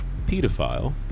pedophile